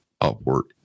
upward